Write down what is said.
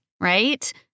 right